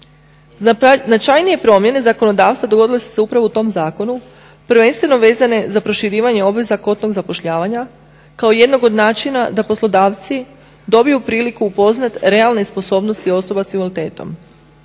Značajnije promjene zakonodavstva dogodile su se upravo u tom zakonu prvenstveno vezane za proširivanje obveza kvotnog zapošljavanja kao jednog od načina da poslodavci dobiju priliku upoznati realne sposobnosti osoba sa invaliditetom.